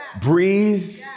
breathe